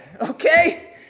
okay